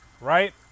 Right